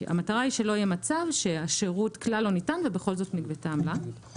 כי המטרה היא שלא יהיה מצב שהשירות כלל לא ניתן ובכל זאת נגבית העמלה.